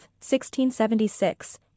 1676